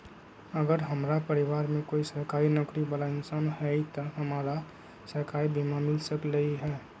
अगर हमरा परिवार में कोई सरकारी नौकरी बाला इंसान हई त हमरा सरकारी बीमा मिल सकलई ह?